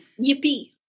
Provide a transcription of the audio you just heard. yippee